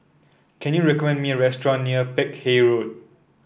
can you recommend me a restaurant near Peck Hay Road